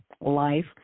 life